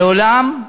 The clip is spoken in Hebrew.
מעולם,